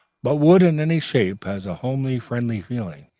but wood in any shape has a homely friendly feeling,